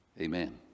amen